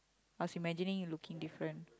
must imagining you looking different